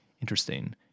interesting